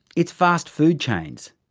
it's fast food chains.